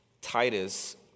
Titus